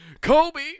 Kobe